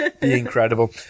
incredible